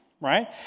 right